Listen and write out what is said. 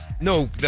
no